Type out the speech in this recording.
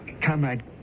Comrade